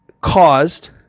caused